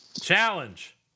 Challenge